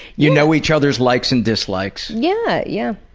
you know each other's likes and dislikes. yeah. yeah.